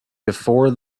before